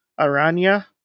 Aranya